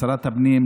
לשרת הפנים,